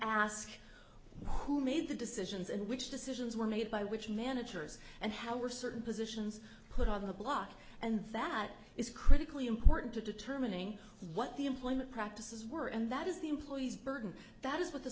ask who made the decisions and which decisions were made by which managers and how were certain positions put on the block and that is critically important to determining what the employment practices were and that is the employee's burden that is what the